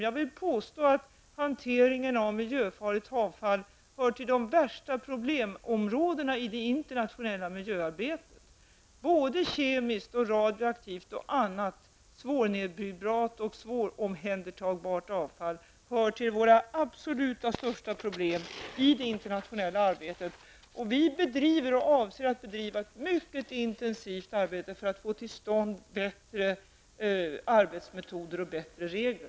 Jag vill påstå att hanteringen av miljöfarligt avfall hör till de värsta problemområdena i det internationella miljöarbetet. Såväl kemiskt som radioaktivt och annat avfall som är svårt att bryta ned och svårt att omhänderta hör till våra absolut största problem i det internationella arbetet. Vi bedriver och avser att bedriva ett mycket intensivt arbete för att få till stånd bättre arbetsmetoder och bättre regler.